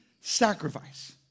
sacrifice